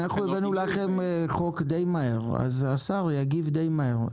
אנחנו הבאנו לכם חוק די מהר והר יגיב די מהר.